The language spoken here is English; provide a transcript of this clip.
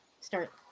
start